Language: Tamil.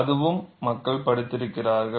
அதுவும் மக்கள் படித்திருக்கிறார்கள்